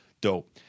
Dope